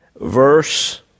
Verse